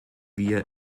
wir